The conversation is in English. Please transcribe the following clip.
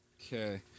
Okay